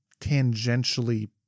tangentially